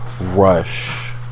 rush